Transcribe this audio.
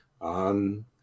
on